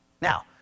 Now